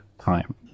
time